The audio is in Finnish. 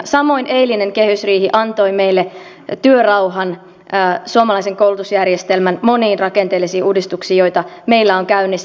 samoin eilinen kehysriihi antoi meille työrauhan suomalaisen koulutusjärjestelmän moniin rakenteellisiin uudistuksiin joita meillä on käynnissä